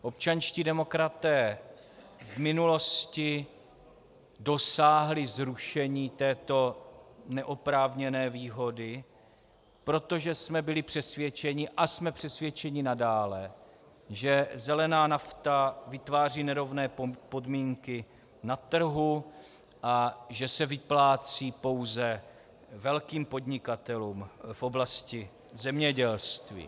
Občanští demokraté v minulosti dosáhli zrušení této neoprávněné výhody, protože jsme byli přesvědčeni, a jsme přesvědčeni nadále, že zelená nafta vytváří nerovné podmínky na trhu a že se vyplácí pouze velkým podnikatelům v oblasti zemědělství.